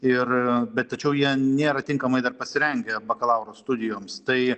ir bet tačiau jie nėra tinkamai dar pasirengę bakalauro studijoms tai